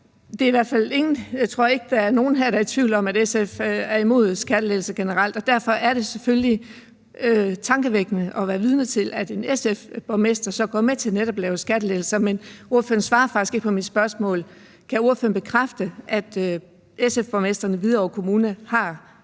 at der er nogen her, der er i tvivl om, at SF generelt er imod skattelettelser, og derfor er det selvfølgelig tankevækkende at være vidne til, at en SF-borgmester så går med til netop at lave skattelettelser. Ordføreren svarede faktisk ikke på mit spørgsmål: Kan ordføreren bekræfte, at SF-borgmesteren i Hvidovre Kommune har